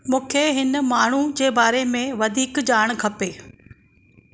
मूंखे हिन माण्हू जे बारे में वधीक ॼाण खपे